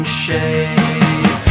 shade